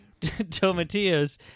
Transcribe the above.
tomatillos